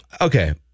okay